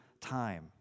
time